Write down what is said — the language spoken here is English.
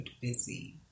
busy